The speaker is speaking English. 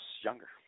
younger